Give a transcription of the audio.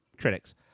critics